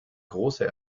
große